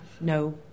no